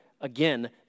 again